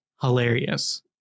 hilarious